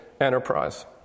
enterprise